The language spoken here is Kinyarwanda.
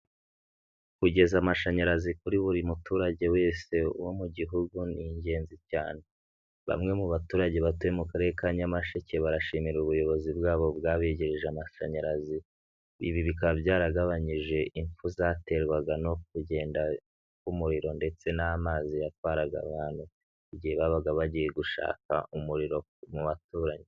Kugeza amashanyarazi kuri buri muturage wese wo mu gihugu ni ingenzi cyane. Bamwe mu baturage batuye mu karere ka Nyamasheke barashimira ubuyobozi bwabo bwabegereje amashanyarazi, ibi bikaba byaragabanyije imfu zaterwaga no kugenda k'umuriro ndetse n'amazi yatwaraga abantu, mu gihe babaga bagiye gushaka umuriro mu baturanyi.